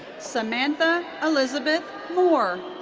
samantha elizabeth moore.